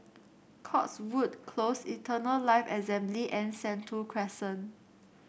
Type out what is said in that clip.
Cotswold Close Eternal Life Assembly and Sentul Crescent